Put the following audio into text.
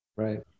Right